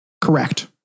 Correct